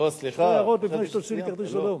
שתי הערות לפני שתוציא לי כרטיס אדום.